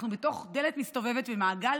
אנחנו בתוך דלת מסתובבת ומעגל